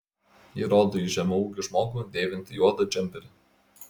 ji rodo į žemaūgį žmogų dėvintį juodą džemperį